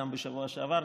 גם בשבוע שעבר,